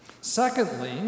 Secondly